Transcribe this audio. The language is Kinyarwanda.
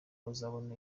bazabona